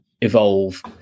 evolve